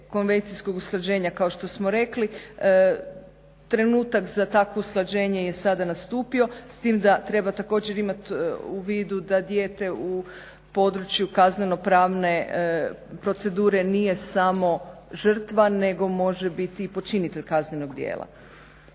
konvencijskog usklađenja kao što smo rekli. Trenutak za takvo usklađenje je sada nastupio s tim da treba također imati u vidu da dijete u području kazneno-pravne procedure nije samo žrtva nego može biti i počinitelj kaznenog djela.